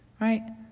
right